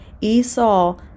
esau